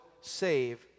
save